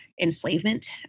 enslavement